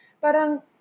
parang